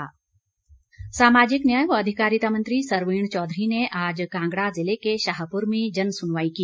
सुरवीण चौधरी सामाजिक न्याय व अधिकारिता मंत्री सरवीण चौधरी ने आज कांगड़ा जिले के शाहपुर में जन सुनवाई की